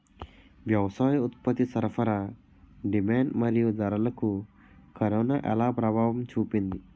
వ్యవసాయ ఉత్పత్తి సరఫరా డిమాండ్ మరియు ధరలకు కరోనా ఎలా ప్రభావం చూపింది